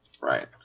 Right